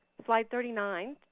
slide thirty nine,